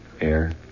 air